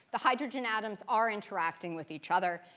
the hydrogen atoms are interacting with each other,